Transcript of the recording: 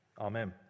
Amen